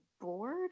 bored